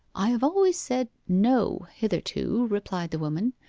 i have always said no hitherto replied the woman,